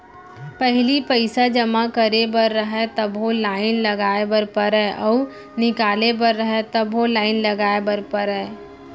पहिली पइसा जमा करे बर रहय तभो लाइन लगाय बर परम अउ निकाले बर रहय तभो लाइन लगाय बर परय